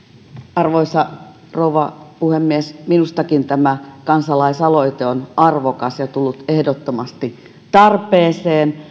arvoisa rouva puhemies minustakin tämä kansalaisaloite on arvokas ja tullut ehdottomasti tarpeeseen